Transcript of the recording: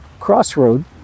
crossroad